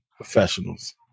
professionals